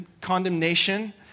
condemnation